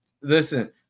Listen